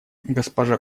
госпожа